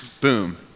boom